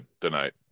tonight